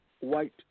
White